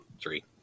Three